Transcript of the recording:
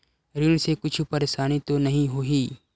ऋण से कुछु परेशानी तो नहीं होही?